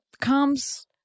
comes